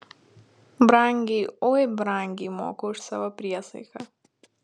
brangiai oi brangiai moku už savo priesaiką